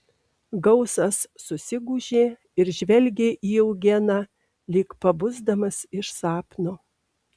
gausas susigūžė ir žvelgė į eugeną lyg pabusdamas iš sapno